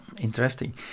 interesting